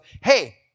hey